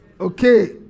okay